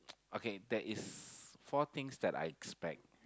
okay there is four things that I expect